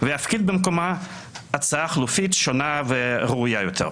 ויפקיד במקומה הצעה חלופית שונה וראויה יותר.